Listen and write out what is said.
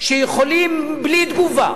שיכולים בלי תגובה